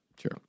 sure